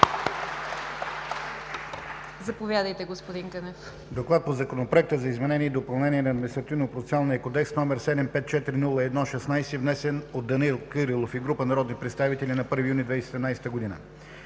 Заповядайте, господин Кънев.